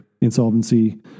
insolvency